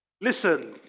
listen